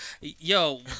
Yo